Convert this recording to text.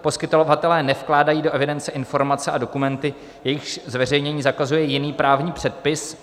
Poskytovatelé nevkládají do evidence informace a dokumenty, jejichž zveřejnění zakazuje jiný právní předpis.